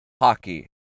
hockey